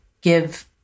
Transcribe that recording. give